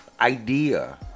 idea